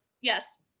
Yes